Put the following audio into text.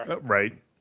Right